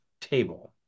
table